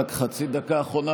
רק חצי דקה אחרונה,